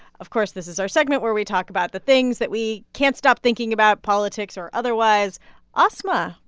of course, this is our segment where we talk about the things that we can't stop thinking about, politics or otherwise asma,